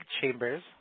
Chambers